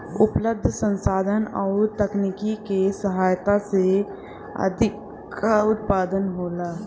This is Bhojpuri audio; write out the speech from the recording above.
उपलब्ध संसाधन अउरी तकनीकी के सहायता से अधिका उत्पादन होला